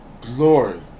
glory